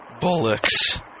Bullocks